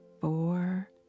four